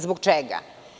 Zbog čega?